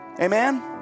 Amen